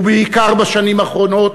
ובעיקר בשנים האחרונות,